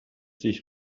sich